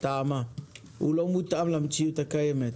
הוא לא מותאם למציאות הקיימת.